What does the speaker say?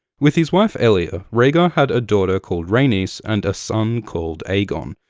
with his wife elia, rhaegar had a daughter called rhaenys, and a son called aegon.